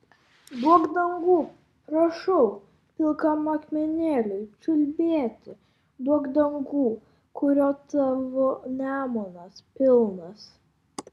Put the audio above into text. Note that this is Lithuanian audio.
duok dangų prašau pilkam akmenėliui čiulbėti duok dangų kurio tavo nemunas pilnas